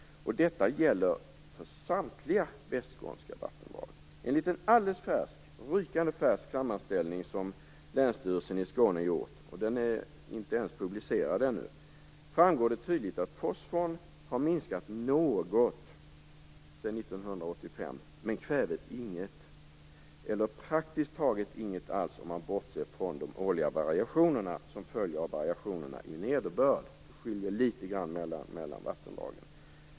Detta gäller för samtliga västskånska vattendrag. Enligt en alldeles rykande färsk sammanställning som Länsstyrelsen i Skåne har gjort - den är inte ens publicerad ännu - framgår det tydligt att fosforn sedan 1985 har minskat något, men kvävet inget alls eller praktiskt taget inget alls, om man bortser från de årliga variationerna som följer av variationerna i nederbörd. Det skiljer litet grand mellan vattendragen.